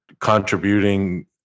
contributing